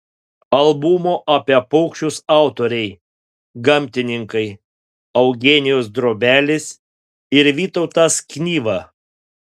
albumo apie paukščius autoriai gamtininkai eugenijus drobelis ir vytautas knyva